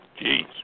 Jeez